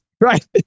Right